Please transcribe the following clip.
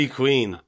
queen